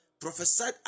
prophesied